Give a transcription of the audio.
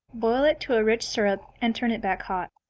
boil it to a rich syrup, and turn it back hot.